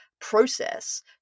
process